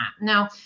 Now